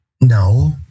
no